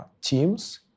teams